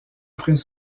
après